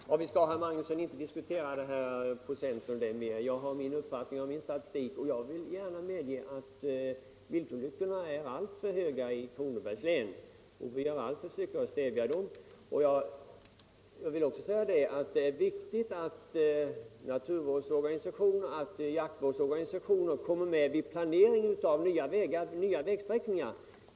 Fru talman! Jag tycker inte, herr Magnusson i Kristinehamn, att vi skall diskutera de här procenttalen längre. Jag står fast vid min uppfattning, och jag har min statistik. Jag håller gärna med om att viltolyckorna är alltför många i Kronobergs län, och vi vill göra allt för att stävja dem. Jag vill också säga att det är viktigt att naturvårdsorganisationer och jaktvårdsorganisationer får delta i planeringen av nya vägsträckningar.